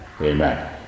amen